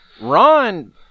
Ron